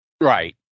Right